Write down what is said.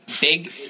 big